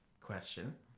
question